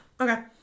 Okay